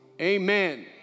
amen